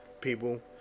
people